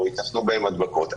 או ייתכנו בהם הדבקות,